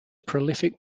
prolific